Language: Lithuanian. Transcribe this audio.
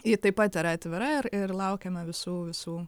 ji taip pat yra atvira ir ir laukiame visų visų